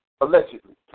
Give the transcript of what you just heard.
Allegedly